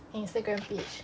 instagram page